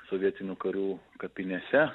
sovietinių karių kapinėse